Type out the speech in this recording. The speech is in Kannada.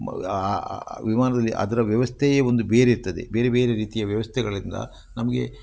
ಆ ವಿಮಾನದಲ್ಲಿ ಅದರ ವ್ಯವಸ್ಥೆಯೇ ಒಂದು ಬೇರೆ ಇರ್ತದೆ ಬೇರೆ ಬೇರೆ ರೀತಿಯ ವ್ಯವಸ್ಥೆಗಳಿಂದ ನಮಗೆ